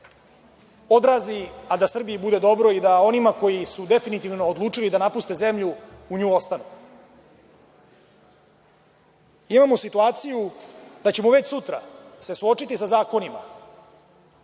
odrazi a da Srbiji bude dobro i da onima koji su definitivno odlučili da napuste zemlju u njoj ostanu. Imamo situaciju da ćemo već sutra se suočiti sa zakonima